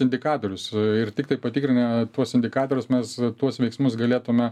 indikatorius ir tiktai patikrinę tuos indikatorius mes tuos veiksmus galėtume